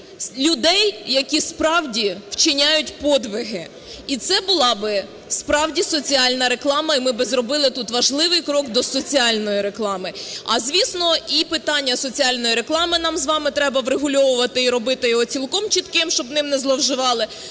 людей, які справді вчиняють подвиги, і це була би справді соціальна реклама, і ми би зробили тут важливий крок до соціальної реклами. А звісно, і питання соціальної реклами нам з вами треба врегульовувати і робити його цілком чітким, щоб ним не зловживали,